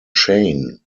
chain